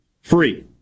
free